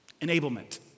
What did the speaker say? enablement